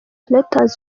reuters